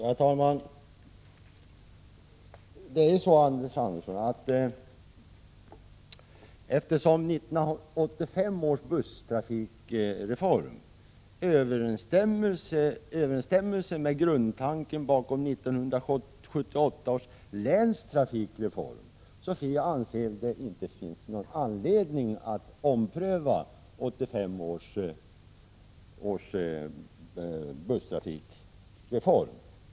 Herr talman! Det är så, Anders Andersson, att 1985 års busstrafikreform överensstämmer med grundtanken bakom 1978 års länstrafikreform. Därför anser jag inte att det finns anledning att ompröva 1985 års busstrafikreform.